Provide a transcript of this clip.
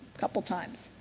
couple of times.